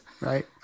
Right